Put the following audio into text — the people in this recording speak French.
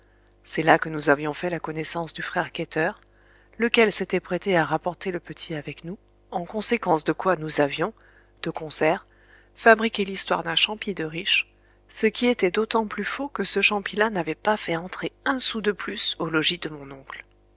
c'est là que nous avions fait la connaissance du frère quêteur lequel s'était prêté à rapporter le petit avec nous en conséquence de quoi nous avions de concert fabriqué l'histoire d'un champi de riche ce qui était d'autant plus faux que ce champi là n'avait pas fait entrer un sou de plus au logis de mon oncle